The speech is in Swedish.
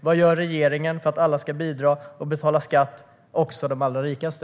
Vad gör regeringen för att alla ska bidra och betala skatt, även de allra rikaste?